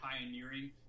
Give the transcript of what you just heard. pioneering